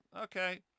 okay